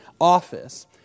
office